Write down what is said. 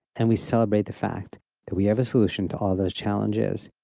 and we celebrate the fact that we have a solution to all those challenges.